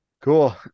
cool